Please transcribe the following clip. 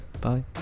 bye